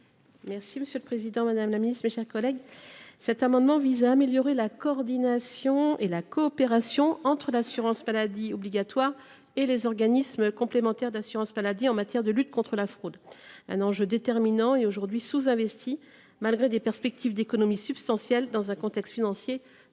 pour présenter l’amendement n° 154. Cet amendement vise à améliorer la coordination et la coopération entre l’assurance maladie obligatoire et les organismes complémentaires d’assurance maladie en matière de lutte contre la fraude, un enjeu déterminant et aujourd’hui sous investi malgré des perspectives d’économies substantielles dans un contexte financier